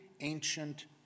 ancient